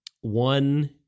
one